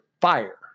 fire